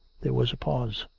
there was a pause.